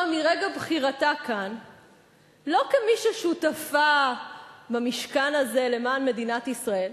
מרגע בחירתה כאן לא כמי ששותפה במשכן הזה למען מדינת ישראל.